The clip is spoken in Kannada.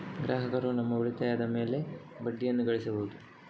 ಗ್ರಾಹಕರು ತಮ್ಮ ಉಳಿತಾಯದ ಮೇಲೆ ಬಡ್ಡಿಯನ್ನು ಗಳಿಸಬಹುದು